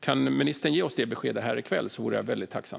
Kan ministern ge oss det beskedet här i kväll vore jag väldigt tacksam.